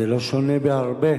זה לא שונה בהרבה,